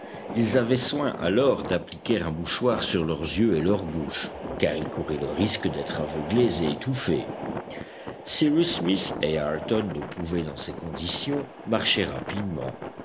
ils avaient soin alors d'appliquer un mouchoir sur leurs yeux et leur bouche car ils couraient le risque d'être aveuglés et étouffés cyrus smith et ayrton ne pouvaient dans ces conditions marcher rapidement